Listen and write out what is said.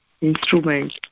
instrument